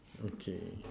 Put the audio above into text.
okay